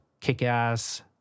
kick-ass